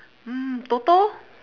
mm toto